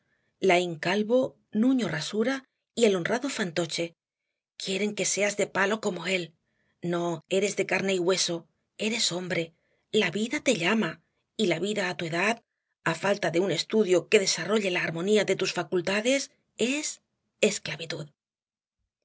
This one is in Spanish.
tertulianos laín calvo nuño rasura y el honrado fantoche quieren que seas de palo como él no eres de carne y hueso eres hombre la vida te llama y la vida á tu edad á falta de un estudio que desarrolle la armonía de tus facultades es esclavitud